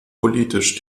politisch